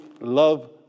love